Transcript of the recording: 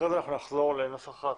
אחר כך נחזור לנוסח התקנות.